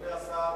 אדוני השר,